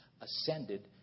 ascended